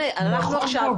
נכון.